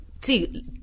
see